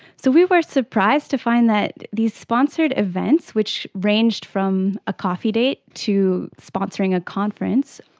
so we were surprised to find that these sponsored events which ranged from a coffee date to sponsoring a conference,